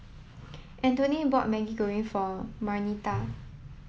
Antonette bought maggi goreng for Marnita